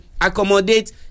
accommodate